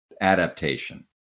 adaptation